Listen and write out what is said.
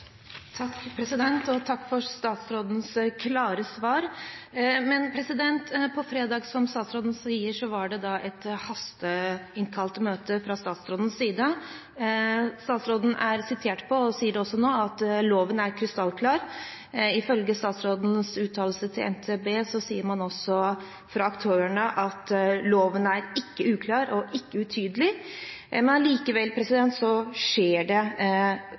Takk for statsrådens klare svar. Som statsråden sier, var det fredag et hasteinnkalt møte hos statsråden. Statsråden er sitert på, og sier også nå, at loven er krystallklar. Ifølge statsrådens uttalelse til NTB sier også aktørene at loven ikke er uklar eller utydelig, men allikevel skjer det